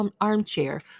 armchair